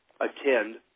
attend